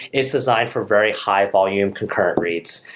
it's designed for very high volume concurrent reads.